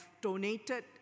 donated